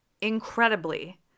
Incredibly